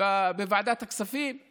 בוועדת הכספים.